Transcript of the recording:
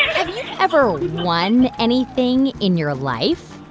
have you ever won anything in your life?